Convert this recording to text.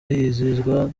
hizihizwa